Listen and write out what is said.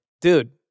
dude